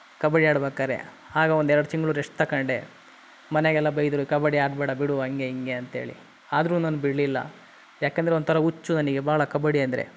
ಕಬಡ್ಡಿ ಆಡ್ಬೇಕಾದ್ರೆ ಆಗ ಒಂದು ಎರಡು ತಿಂಗಳು ರೆಸ್ಟ್ ತಗಂಡೆ ಮನೆಗೆಲ್ಲ ಬೈದರು ಕಬಡ್ಡಿ ಆಡಬೇಡ ಬಿಡು ಹಂಗೆ ಹಿಂಗೆ ಅಂತೇಳಿ ಆದರೂ ನಾನು ಬಿಡಲಿಲ್ಲ ಯಾಕಂದರೆ ಒಂಥರ ಹುಚ್ಚು ನನಗೆ ಭಾಳ ಕಬಡ್ಡಿ ಅಂದರೆ